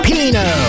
Pino